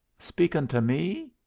speakin' to me?